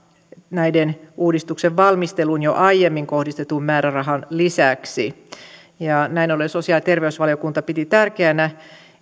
näiden uudistusten valmisteluun jo aiemmin kohdistetun määrärahan lisäksi näin ollen sosiaali ja terveysvaliokunta piti tärkeänä